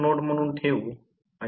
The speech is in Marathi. गोष्टी अगदी सोप्या आहेत